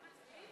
לא מצביעים?